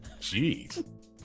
jeez